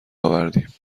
آوردیم